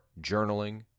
journaling